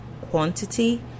quantity